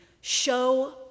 show